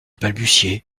balbutiait